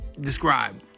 describe